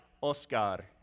Oscar